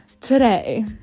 Today